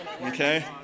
Okay